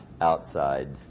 outside